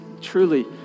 truly